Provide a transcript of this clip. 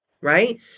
right